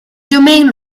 domain